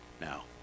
Now